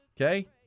okay